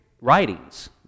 writings